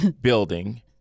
building